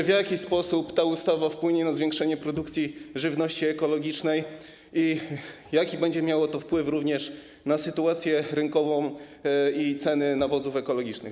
W jaki sposób ta ustawa wpłynie na zwiększenie produkcji żywności ekologicznej i jaki to będzie miało wpływ również na sytuację rynkową i ceny nawozów ekologicznych?